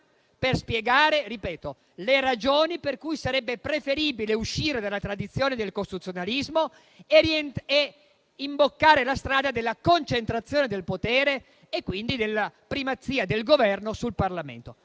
per spiegare, ripeto, le ragioni per cui sarebbe preferibile uscire dalla tradizione del costituzionalismo e imboccare la strada della concentrazione del potere, quindi della primazia del Governo sul Parlamento.